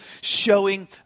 showing